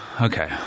okay